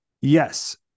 yes